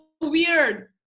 weird